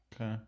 Okay